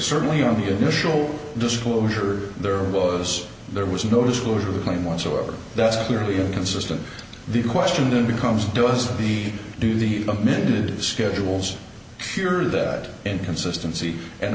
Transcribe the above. certainly on the initial disclosure there was there was no disclosure of the plan whatsoever that's clearly inconsistent the question then becomes does he do the amended schedules sure that inconsistency and